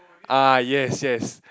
ah yes yes